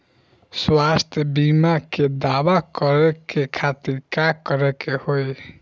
स्वास्थ्य बीमा के दावा करे के खातिर का करे के होई?